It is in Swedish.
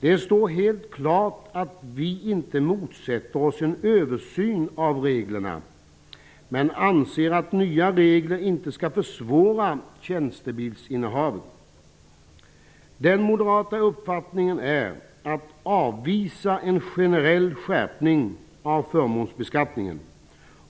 Det står helt klart att vi inte motsätter oss en översyn av reglerna, men vi anser att nya regler inte skall försvåra tjänstebilsinnehav. Den moderata uppfattningen är att avvisa en generell skärpning av förmånsbeskattningen.